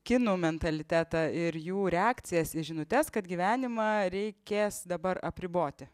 kinų mentalitetą ir jų reakcijas į žinutes kad gyvenimą reikės dabar apriboti